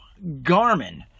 Garmin